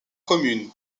communes